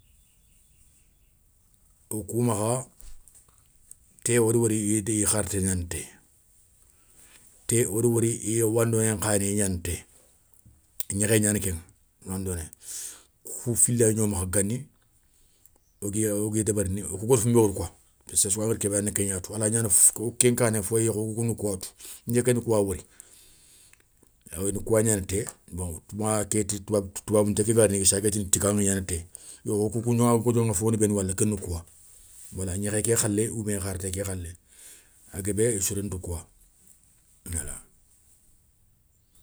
Wo kou makha té wada wori idi iya kharté gnana té, téwoda wori iya wandoné nkha i ya gnana té, gnékhé gnani kéŋa, wandoné, kou fili yagno makha gani wogui wogui débérini, wokou gada founbé wori koi, parceque séré sou angada kébé wori ana ké gna tou, a lawa gnana ken kané, fo yéyi kho kouna kouyatou, nké kenda kouya wori, ina kouwa gnana té bon, koma ké ti toubabou nté ké ga rini sakéti tiganou gnana té, yo koukouŋa woga dioŋa fonbéni wala kéni kouwa wala gnékhé ké khalé oubien kharté ké khalé a guébé wo soréni ti kouwa wala.